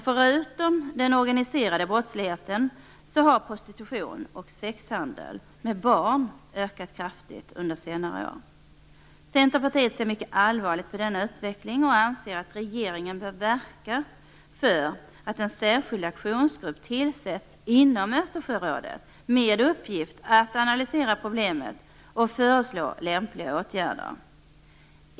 Förutom den organiserade brottsligheten har sexhandel med barn och prostitution ökat kraftigt under senare år. Centerpartiet ser mycket allvarligt på denna utveckling och anser att regeringen bör verka för att en särskild aktionsgrupp tillsätts inom Östersjörådet med uppgift att analysera problemen och föreslå lämpliga åtgärder.